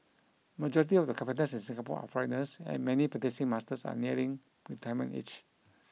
majority of the carpenters in Singapore are foreigners and many practising masters are nearing retirement age